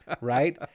right